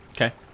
Okay